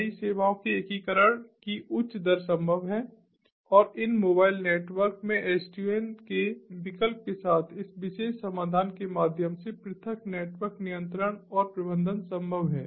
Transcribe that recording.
नई सेवाओं के एकीकरण की उच्च दर संभव है और इन मोबाइल नेटवर्क में SDN के विकल्प के साथ इस विशेष समाधान के माध्यम से पृथक नेटवर्क नियंत्रण और प्रबंधन संभव है